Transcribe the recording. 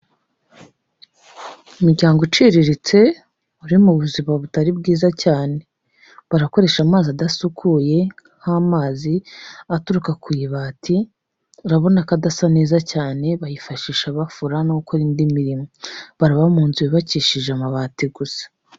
Umuryango uciriritse uri mu buzima butari bwiza cyane, barakoresha amazi adasukuye nk'amazi aturuka ku ibati, urabona ko adasa neza cyane bayifashisha bafura no gukora indi mirimo, baraba mu nzu yubakishije amabati gusa.